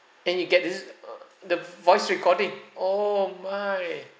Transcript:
then you get this uh the voice recording oh my